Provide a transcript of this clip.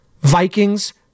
Vikings